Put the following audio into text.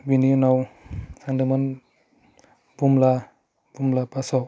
बिनि उनाव थांदोंमोन भुमला भुमला पासआव